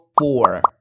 four